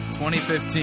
2015